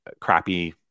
crappy